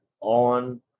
on